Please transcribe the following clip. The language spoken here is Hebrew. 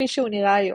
כפי שהוא נראה היום.